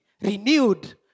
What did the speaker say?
renewed